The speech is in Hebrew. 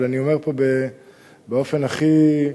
אבל אני אומר פה באופן הכי ברור: